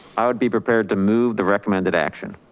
i will be prepared to move the recommended action.